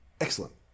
Excellent